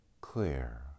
clear